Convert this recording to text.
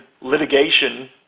litigation